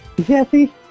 Jesse